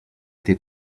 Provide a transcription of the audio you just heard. été